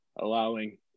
allowing